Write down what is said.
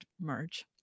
merge